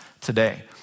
today